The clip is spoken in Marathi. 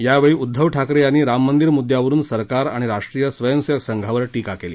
यावेळी ठाकरे यांनी राम मंदीर मुद्यावरुन सरकार आणि राष्ट्रीय स्वयंसेवक संघावर टीका केली